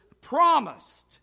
promised